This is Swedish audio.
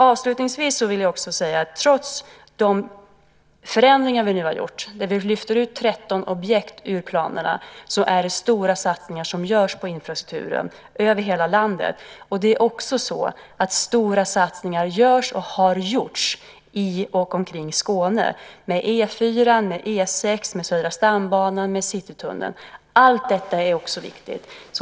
Avslutningsvis vill jag också säga att trots de förändringar vi nu har gjort, där vi lyfter ut 13 objekt ur planerna, är det stora satsningar som görs på infrastrukturen över hela landet. Det är också så att stora satsningar görs och har gjorts i och omkring Skåne med E 4:an, E 6:an, Södra stambanan och Citytunneln. Allt detta är också viktigt.